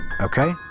Okay